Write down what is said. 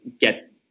get